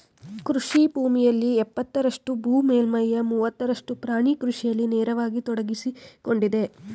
ಕೃಷಿ ಭೂಮಿಯಲ್ಲಿ ಎಪ್ಪತ್ತರಷ್ಟು ಭೂ ಮೇಲ್ಮೈಯ ಮೂವತ್ತರಷ್ಟು ಪ್ರಾಣಿ ಕೃಷಿಯಲ್ಲಿ ನೇರವಾಗಿ ತೊಡಗ್ಸಿಕೊಂಡಿದೆ